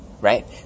right